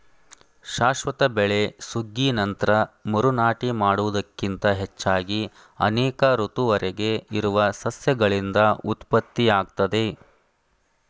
ಶಾಶ್ವತ ಬೆಳೆ ಸುಗ್ಗಿ ನಂತ್ರ ಮರು ನಾಟಿ ಮಾಡುವುದಕ್ಕಿಂತ ಹೆಚ್ಚಾಗಿ ಅನೇಕ ಋತುವರೆಗೆ ಇರುವ ಸಸ್ಯಗಳಿಂದ ಉತ್ಪತ್ತಿಯಾಗ್ತದೆ